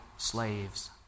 slaves